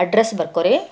address ಬರ್ಕೊರಿ